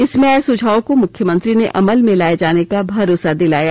इसमें आये सुझावों को मुख्यमंत्री ने अमल में लाये जाने का भरोसा दिलाया